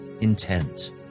intent